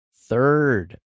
third